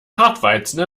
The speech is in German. hartweizen